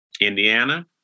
Indiana